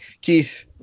keith